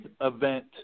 event